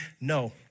no